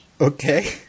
Okay